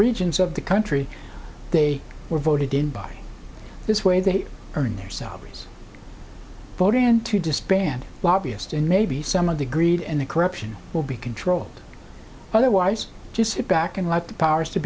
regions of the country they were voted in by this way they earn their salaries bohdan to disband lobbyist and maybe some of the greed and the corruption will be controlled otherwise just sit back and let the powers to